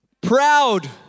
proud